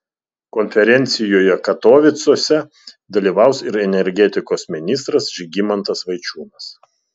konferencijoje katovicuose dalyvaus ir energetikos ministras žygimantas vaičiūnas